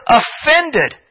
offended